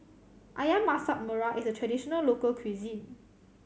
Ayam Masak Merah is a traditional local cuisine